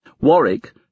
Warwick